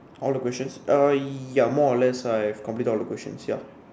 all the questions uh ya more or less I've completed all the questions ya